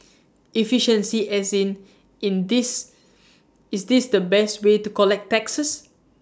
efficiency as in is this the best way to collect taxes